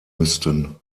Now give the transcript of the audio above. müssten